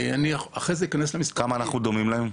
אני אחרי זה אכנס ל --- כמה אנחנו דומים להם?